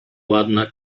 ładna